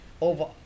over